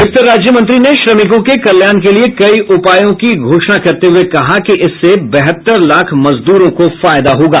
वित्त राज्य मंत्री ने श्रमिकों के कल्याण के लिए कई उपायों की घोषणा करते हुए कहा कि इससे बहत्तर लाख मजदूरों को फायदा होगा